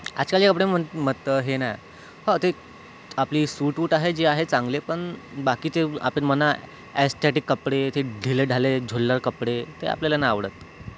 आजकालचे कपड्याम मत हे म हे ना हो ते आपले सूट वूट आहे जे आहे चांगले पण बाकीचे आपण म्हणा ॲस्थेटिक कपडे ते ढिलेढाले झोल्लर कपडे ते आपल्याला नाय आवडत